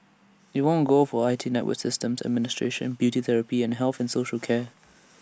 IT won gold for I T network systems administration beauty therapy and health and social care